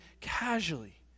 casually